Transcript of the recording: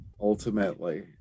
ultimately